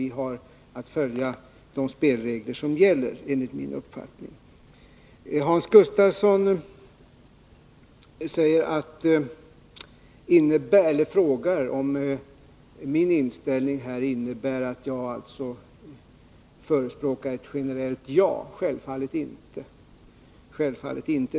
Vi har enligt min uppfattning att följa de spelregler Nr 98 som gäller. Tisdagen den Hans Gustafsson frågar om min inställning här innebär att jag förespråkar 16 mars 1982 ett generellt ja. Självfallet inte.